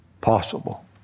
possible